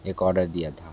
एक ऑर्डर दिया था